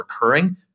recurring